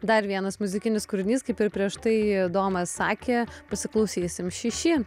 dar vienas muzikinis kūrinys kaip ir prieš tai domas sakė pasiklausysim šeši